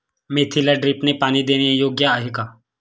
मेथीला ड्रिपने पाणी देणे योग्य आहे का?